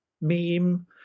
meme